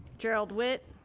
gerald witt,